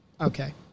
Okay